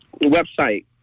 website